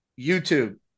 YouTube